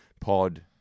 pod